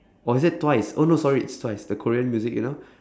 or is it twice oh no sorry it's twice the korean music you know